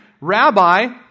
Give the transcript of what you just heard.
Rabbi